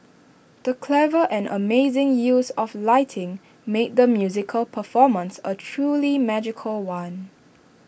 the clever and amazing use of lighting made the musical performance A truly magical one